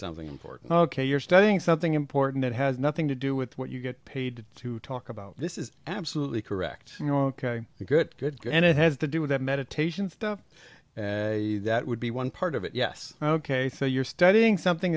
something important ok you're studying something important it has nothing to do with what you get paid to talk about this is absolutely correct you know ok good good good and it has to do with that meditation stuff and that would be one part of it yes ok so you're studying something